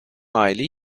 aileyi